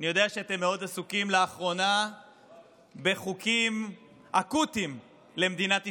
אני יודע שאתם מאוד עסוקים לאחרונה בחוקים אקוטיים למדינת ישראל,